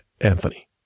anthony